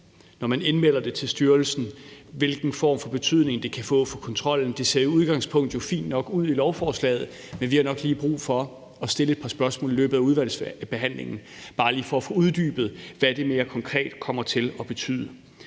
når man anmelder det til styrelsen, altså hvilken form for betydning det kan få for kontrollen. Det ser i udgangspunktet jo fint nok ud i lovforslaget, men vi har nok lige brug for at stille et par spørgsmål i løbet af udvalgsbehandlingen bare lige for at få uddybet, hvad det mere konkret kommer til at betyde.